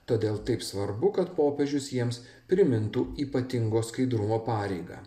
todėl taip svarbu kad popiežius jiems primintų ypatingo skaidrumo pareigą